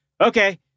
okay